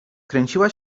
kręciła